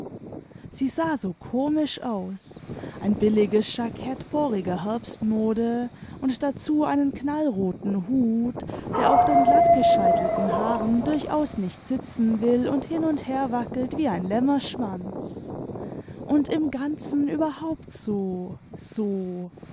sie sah so komisch aus ein billiges jackett voriger herbstmode und dazu einen knallroten hut der auf den glattgescheitelten haaren durchaus nicht sitzen will und hin und her wackelt wie ein lämmerschwanz und im ganzen überhaupt so so